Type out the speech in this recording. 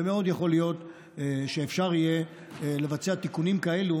ומאוד יכול להיות שאפשר יהיה לבצע תיקונים כאלה